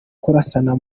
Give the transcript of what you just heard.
kurasana